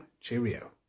cheerio